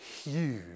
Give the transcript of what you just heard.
huge